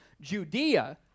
Judea